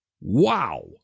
Wow